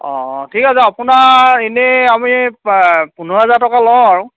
অঁ অঁ ঠিক আছে আপোনাৰ এনেই আমি পোন্ধৰ হাজাৰ টকা লওঁ আৰু